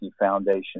Foundation